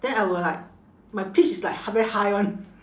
then I will like my pitch is like h~ very high [one]